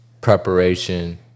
preparation